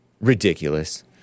Ridiculous